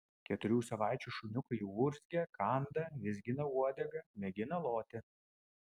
keturių savaičių šuniukai jau urzgia kanda vizgina uodegą mėgina loti